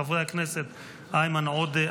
חברי הכנסת איימן עודה,